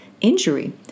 injury